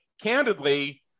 Candidly